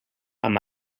amb